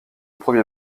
premier